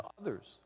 others